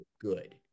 good